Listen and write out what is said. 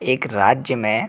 एक राज्य में